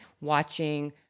Watching